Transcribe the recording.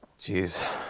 Jeez